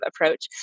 approach